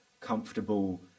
comfortable